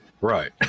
Right